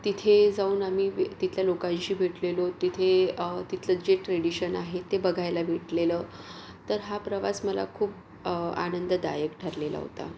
तिथे जाऊन आम्ही तिथल्या लोकांशी भेटलेलो तिथे तिथलं जे ट्रेडीशन आहे ते बघायला भेटलेलं हा प्रवास मला खूप आनंददायक ठरलेला होता